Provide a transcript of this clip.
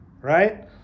right